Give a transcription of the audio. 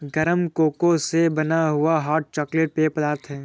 गरम कोको से बना हुआ हॉट चॉकलेट पेय पदार्थ है